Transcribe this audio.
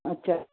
अच्छा अच्छा